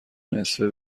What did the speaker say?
نصفه